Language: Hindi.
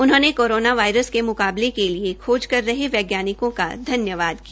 उन्होंने कोरोना वायरस के मुकाबले के लिए शोध कर रहे वैज्ञानिकों का धन्यवाद किया